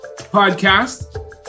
Podcast